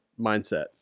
mindset